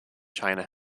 china